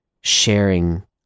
sharing